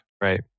Right